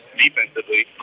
defensively